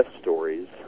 stories